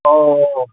ꯑꯧ